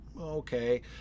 Okay